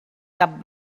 cap